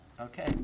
Okay